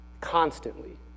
constantly